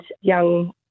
young